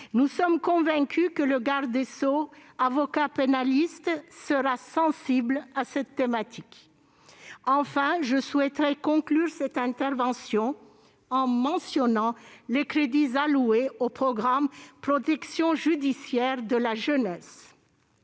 Nous sommes convaincus que le garde des sceaux, avocat pénaliste, sera sensible à cette thématique. Je souhaite conclure cette intervention en mentionnant les crédits alloués au programme « Protection judiciaire de la jeunesse ».